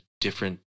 different